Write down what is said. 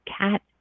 cat